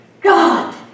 God